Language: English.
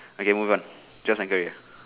okay move on choice and career